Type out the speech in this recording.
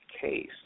case